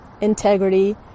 integrity